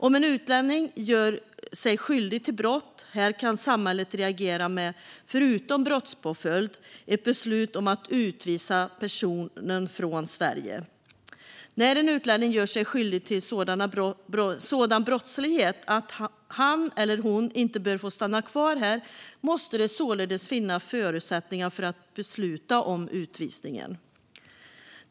Om en utlänning gör sig skyldig till brott här kan samhället, förutom brottspåföljd, reagera med ett beslut om att utvisa personen från Sverige. När en utlänning gör sig skyldig till sådan brottslighet att han eller hon inte bör få stanna kvar här måste det således finnas förutsättningar för att besluta om utvisning.